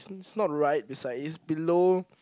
he's not right beside he's below